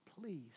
please